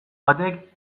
batek